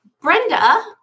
Brenda